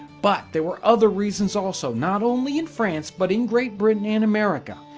but there were other reasons also. not only in france, but in great britain and america,